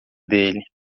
dele